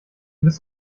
bist